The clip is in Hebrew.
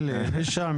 אלי אלישע,